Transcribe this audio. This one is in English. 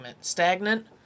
Stagnant